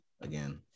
again